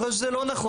אני חושב שזה לא נכון.